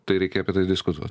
tai reikia apie tai diskutuot